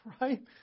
Right